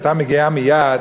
והיא הייתה מגיעה מייד